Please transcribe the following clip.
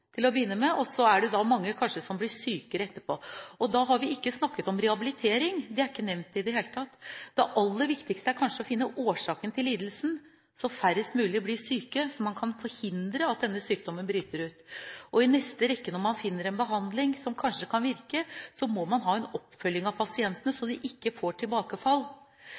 til å begynne med, og så er det mange som kanskje blir sykere etterpå. Da har vi ikke snakket om rehabilitering, det er ikke nevnt i det hele tatt. Det aller viktigste er kanskje å finne årsaken til lidelsen, så færrest mulig blir syke og man kan forhindre at denne sykdommen bryter ut. I neste rekke, når man finner en behandling som kanskje kan virke, må man ha en oppfølging av pasientene, så de ikke får tilbakefall.